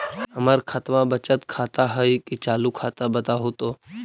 हमर खतबा बचत खाता हइ कि चालु खाता, बताहु तो?